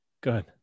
Good